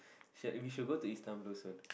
should we should go to Istanbul soon